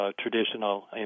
traditional